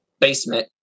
basement